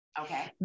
Okay